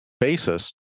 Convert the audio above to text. basis